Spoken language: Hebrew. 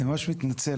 אני ממש מתנצל,